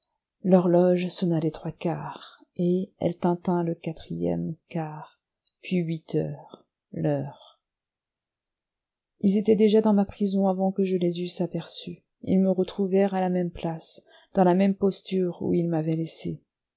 l'horloge sonna les trois quarts et elle tinta le quatrième quart puis huit heures l'heure ils étaient déjà dans ma prison avant que je les eusse aperçus ils me retrouvèrent à la même place dans la même posture où ils m'avaient laissé